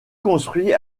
construit